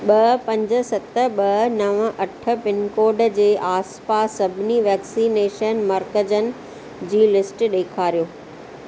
ॿ पंज सत ॿ नव अठ पिनकोड जे आसपास सभिनी वैक्सीनेशन मर्कज़नि जी लिस्ट ॾेखारियो